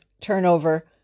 turnover